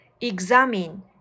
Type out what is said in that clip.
examine